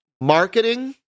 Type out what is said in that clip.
Marketing